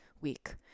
week